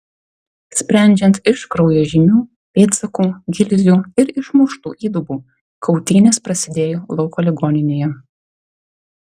sprendžiant iš kraujo žymių pėdsakų gilzių ir išmuštų įdubų kautynės prasidėjo lauko ligoninėje